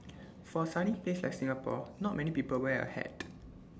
for A sunny place like Singapore not many people wear A hat